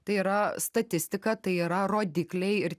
tai yra statistika tai yra rodikliai ir